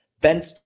bent